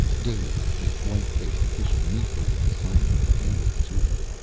dazed, the white-faced official meekly and silently handed it to him.